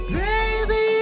baby